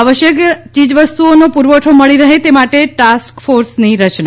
આવશ્યક ચીવવસ્તુઓનો પુરવઠો મળી રહે તે માટે ટાસ્ટ ફોર્સની રચના